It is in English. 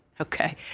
Okay